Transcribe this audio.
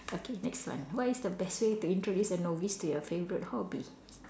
okay next one what is the best way to introduce a novice to your favorite hobby